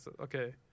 okay